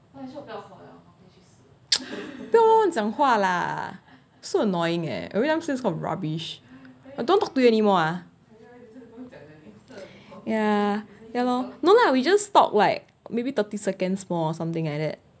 不要乱乱讲话 lah everytime say this kind of rubbish I don't talk to you anymore ah ya ya lor no lah we just talk like maybe thirty seconds more or something like that